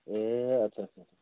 ए अच्छा अच्छा अच्छा